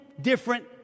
different